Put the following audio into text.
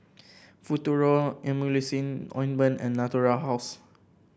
Futuro Emulsying Ointment and Natura House